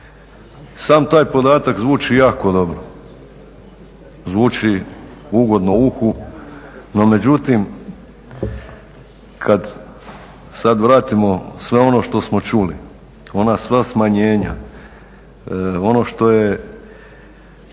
Sam taj podatak zvuči jako dobro, zvuči ugodno uhu no međutim kad sad vratimo sve ono što smo čuli, ona sva smanjenja, ono koliko